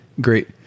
Great